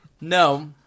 No